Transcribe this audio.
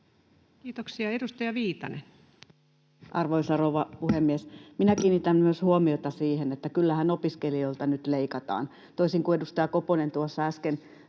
Kiitoksia. — Edustaja Viitanen. Arvoisa rouva puhemies! Minä kiinnitän myös huomiota siihen, että kyllähän opiskelijoilta nyt leikataan, toisin kuin edustaja Koponen tuossa äsken